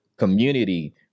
community